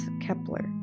Kepler